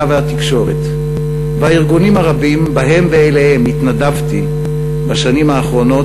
והתקשורת והארגונים הרבים שבהם ואליהם התנדבתי בשנים האחרונות,